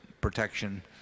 protection